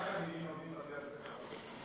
כמה תלמידים לומדים בבתי-הספר הלא-רשמיים?